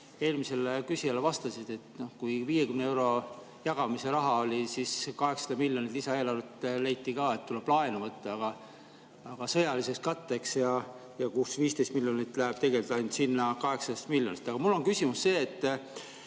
eelmisele küsijale vastasid, et kui 50 euro jagamise raha oli 800‑miljonilisest lisaeelarvest, leiti ka, et tuleb laenu võtta, aga sõjaliseks katteks, ja kus 15 miljonit läheb tegelikult ainult sinna 800 miljonist. Aga mul on küsimus: kas ei